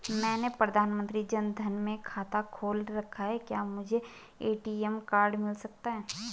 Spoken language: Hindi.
मैंने प्रधानमंत्री जन धन में खाता खोल रखा है क्या मुझे ए.टी.एम कार्ड मिल सकता है?